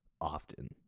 often